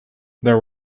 there